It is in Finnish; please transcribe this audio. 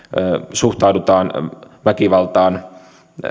suhtaudutaan väkivaltaan